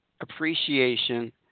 appreciation